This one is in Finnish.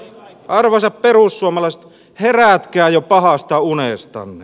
arvoisat perussuomalaiset herätkää jo pahasta unestanne